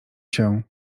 cię